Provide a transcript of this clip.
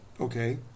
okay